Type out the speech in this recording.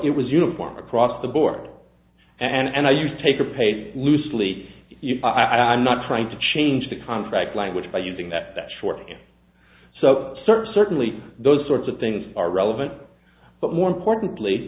it was uniform across the board and i use take a pay loosely i'm not trying to change the contract language by using that that short and so certainly those sorts of things are relevant but more importantly